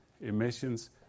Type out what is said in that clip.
emissions